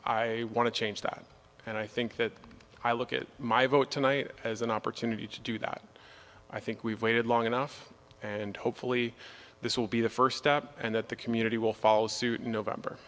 i want to change that and i think that i look at my vote tonight as an opportunity to do that i think we've waited long enough and hopefully this will be the first step and that the community will follow suit in november